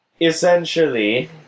Essentially